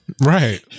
Right